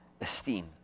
esteem